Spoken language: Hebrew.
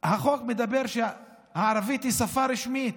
החוק אומר שהערבית היא שפה רשמית.